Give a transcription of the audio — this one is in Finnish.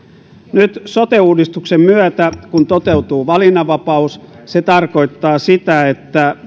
nyt kun sote uudistuksen myötä toteutuu valinnanvapaus se tarkoittaa sitä että